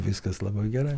viskas labai gerai